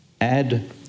add